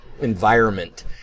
environment